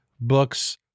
books